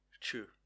True